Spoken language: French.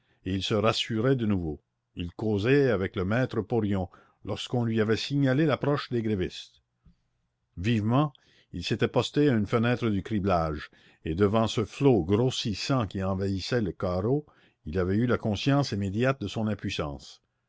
et il se rassurait de nouveau il causait avec le maître porion lorsqu'on lui avait signalé l'approche des grévistes vivement il s'était posté à une fenêtre du criblage et devant ce flot grossissant qui envahissait le carreau il avait eu la conscience immédiate de son impuissance